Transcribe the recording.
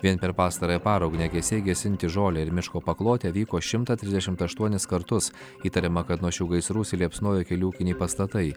vien per pastarąją parą ugniagesiai gesinti žolę ir miško paklotę vyko šimtą trisdešimt aštuonis kartus įtariama kad nuo šių gaisrų užsiliepsnojo keli ūkiniai pastatai